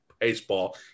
baseball